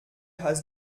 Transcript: hast